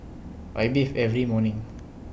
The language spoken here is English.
I bathe every morning